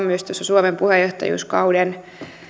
myös tuossa suomen puheenjohtajuuskauden